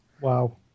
wow